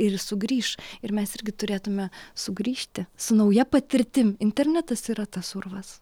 ir sugrįš ir mes irgi turėtume sugrįžti su nauja patirtim internetas yra tas urvas